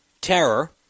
terror